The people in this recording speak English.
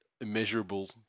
immeasurable